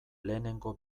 lehenengo